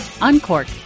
uncork